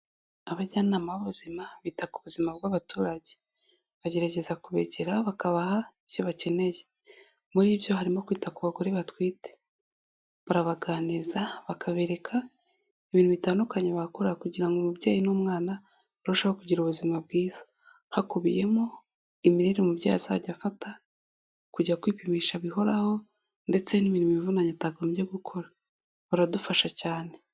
Abajyanama b'ubuzima bita ku buzima bw'abaturage, bagerageza kubegera bakabaha ibyo bakeneye, muri byo harimo kwita ku bagore batwite, barabaganiriza, bakabereka ibintu bitandukanye bakora kugira ngo umubyeyi n'umwana arusheho kugira ubuzima bwiza, hakubiyemo imirire umubyeyi azajya afata, kujya kwipimisha bihoraho, ndetse n'imirimo ivunanye atagombye gukora, baradufasha cyane.